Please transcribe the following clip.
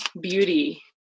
beauty